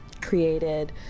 created